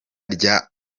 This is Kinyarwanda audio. rya